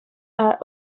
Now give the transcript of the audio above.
are